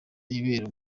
ibera